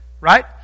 Right